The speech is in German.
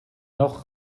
noch